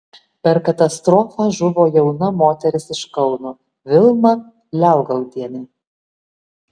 per katastrofą žuvo jauna moteris iš kauno vilma liaugaudienė